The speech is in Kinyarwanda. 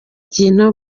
kintu